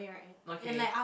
okay